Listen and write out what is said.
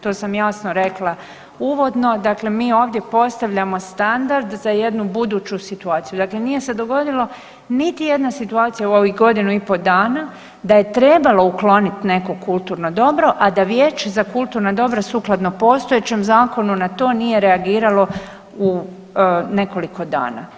To sam jasno rekla uvodno, dakle mi ovdje postavljamo standard za jednu buduću situaciju, dakle nije se dogodilo niti jedna situacija u ovih godinu i po dana da je trebalo ukloniti neko kulturno dobro, a da vijeće za kulturna dobra sukladno postojećem zakonu na to nije reagiralo u nekoliko dana.